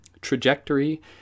trajectory